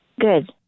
Good